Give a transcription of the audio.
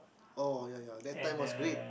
oh ya ya that time was great